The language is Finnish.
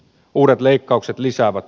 uudet leikkaukset lisäävät